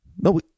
No